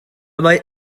mae